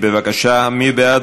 מי בעד?